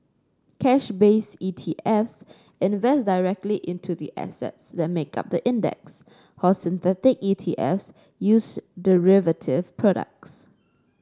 cash based ETs invest directly into the assets that make up the index ETs use derivative products